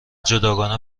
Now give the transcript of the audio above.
جداگانه